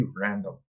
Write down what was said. random